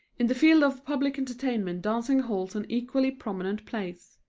in the field of public entertainment dancing holds an equally prominent place.